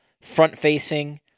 front-facing